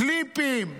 קליפים.